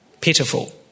Pitiful